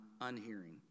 unhearing